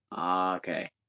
Okay